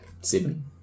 Seven